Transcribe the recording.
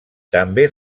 també